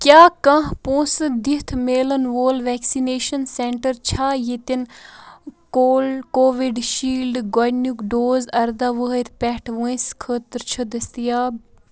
کیٛاہ کانٛہہ پونٛسہٕ دِتھ میلَن وول وٮ۪کسِنیشَن سٮ۪نٛٹَر چھا ییٚتٮ۪ن کول کووِڈ شیٖلڈ گۄڈنیُک ڈوز اَرداہ وُہٕرۍ پٮ۪ٹھٕ وٲنٛسہِ خٲطرٕ چھِ دٔستِیاب